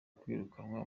kwirukanwa